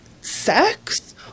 sex